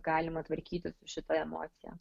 galima tvarkytis su šita emocija